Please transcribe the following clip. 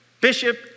bishop